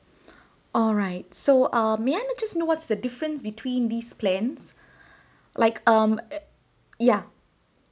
alright so um may I know just to know what's the difference between these plans like um yeah